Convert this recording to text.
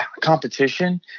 competition